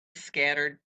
scattered